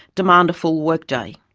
demand a full workday.